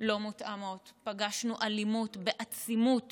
לא מותאמות, פגשנו אלימות בעצימות